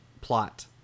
plot